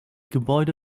gebäude